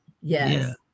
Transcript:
Yes